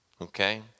okay